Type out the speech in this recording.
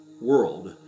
world